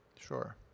Sure